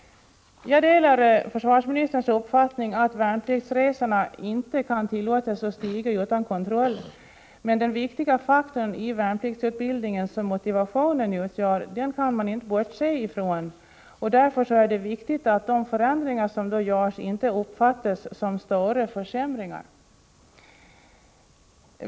Jag delar försvarsministerns uppfattning att kostnaderna för värnpliktsresorna inte kan tillåtas stiga utan kontroll. Men den viktiga faktor i värnpliktsutbildningen som motivationen utgör kan man inte bortse ifrån, och därför är det angeläget att de förändringar som görs inte uppfattas som stora försämringar.